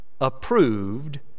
approved